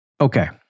Okay